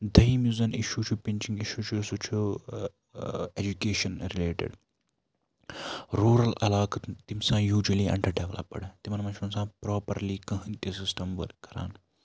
دوٚیِم یُس زَن اِشوٗ چھُ پِنٛچِنٛگ اِشوٗ چھُ سُہ چھُ ایجوٗکیشن رِلیٹِڈ روٗرَل علاقَن تِم چھِ آسان یوٗجولی اَنٛڈَر ڈیولَپٕڈ تِمن مںٛز چھُ نہٕ آسان پروپرلی کٕہٕنۍ تہِ سِسٹَم ؤرٕک کَران